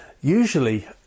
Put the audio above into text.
usually